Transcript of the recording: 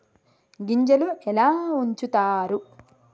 గింజలు ఎలా ఉంచుతారు?